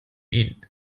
ihn